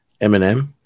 Eminem